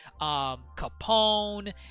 Capone